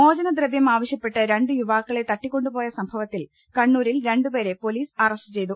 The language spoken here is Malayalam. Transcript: മോചനദ്രവൃം ആവശ്യപ്പെട്ട് രണ്ട് യുവാക്കളെ തട്ടിക്കൊ ണ്ടുപോയ സംഭവത്തിൽ കണ്ണൂരിൽ രണ്ടു പേരെ പൊലീസ് അറസ്റ്റു ചെയ്തു